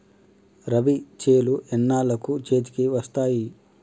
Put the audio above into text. రబీ చేలు ఎన్నాళ్ళకు చేతికి వస్తాయి?